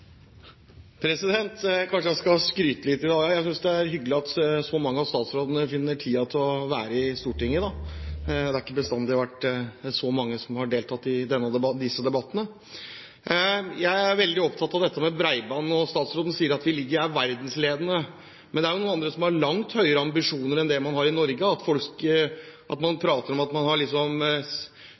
hyggelig at så mange av statsrådene finner tid til å være i Stortinget i dag. Det har ikke bestandig vært så mange som har deltatt i disse debattene. Jeg er veldig opptatt av dette med bredbånd. Statsråden sier at vi er verdensledende, men det er jo noen som har langt høyere ambisjoner enn det man har i Norge. Man prater om at man liksom har 99,7 pst. dekning, når veldig mange – kanskje bortimot 10 pst. – har